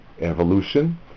evolution